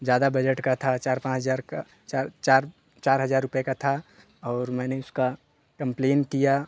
ज़्यादा बजट का था चार हज़ार पाँच हज़ार का चार हज़ार रुपये का था और मैंने उसका कंप्लेंट किया